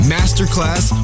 Masterclass